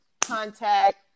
contact